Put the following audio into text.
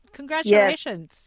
Congratulations